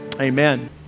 Amen